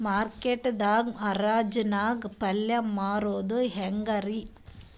Market ದಾಗ್ ಹರಾಜ್ ನಾಗ್ ಪಲ್ಯ ಮಾರುದು ಹ್ಯಾಂಗ್ ರಿ?